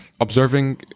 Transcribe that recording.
observing